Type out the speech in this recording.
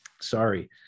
sorry